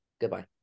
Goodbye